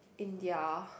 in their